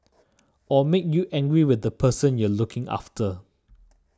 or make you angry with the person you're looking after